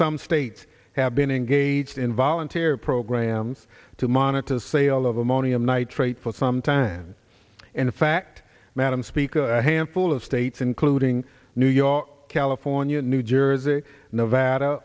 some states have been engaged in voluntary programs to monitor the sale of ammonium nitrate for some time and in fact madam speaker a handful of states including new york california new jersey nevada